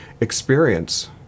experience